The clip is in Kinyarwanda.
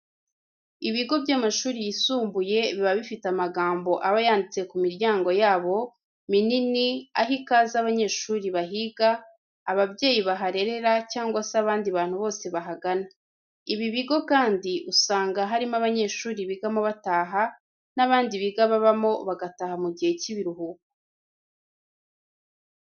Ibigo by'amashuri yisumbuye, biba bifite amagambo aba yanditse ku miryango yabo minini aha ikaze abanyeshuri bahiga, ababyeyi baharerera cyangwa se abandi bantu bose bahagana. Ibi bigo kandi usanga harimo abanyeshuri bigamo bataha n'abandi biga babamo bagataha mu gihe cy'ibiruhuko.